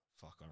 Fuck